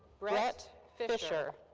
brett fisher.